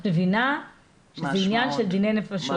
את מבינה עניין של דיני נפשות.